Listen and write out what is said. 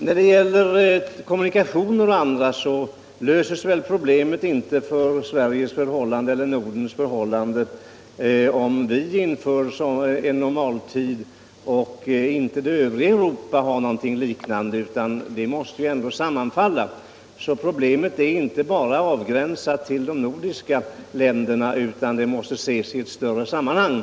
När det gäller kommunikationer och annat torde inte problemen för Sveriges eller Nordens del lösas om 'vi inför en normaltid, men inte det övriga Europa har något liknande. Det måste ändå samordnas. Problemet är inte avgränsat till enbart de nordiska länderna utan det måste ses i ett större sammanhang.